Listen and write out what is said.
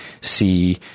see